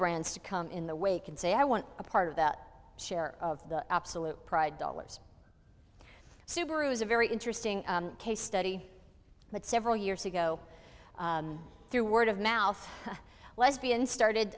brands to come in the way can say i want a part of that share of the absolute pride dollars subarus a very interesting case study that several years ago through word of mouth lesbian started